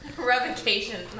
Revocation